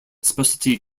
specialty